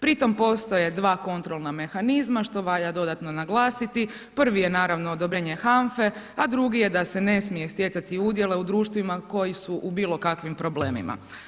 Pritom postoje dva kontrolna mehanizma što valja dodatno naglasiti, prvi je naravno odobrenje HANFA-e a drugi je da se ne smije stjecati udjele u društvima koji su u bilokakvim problemima.